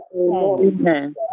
amen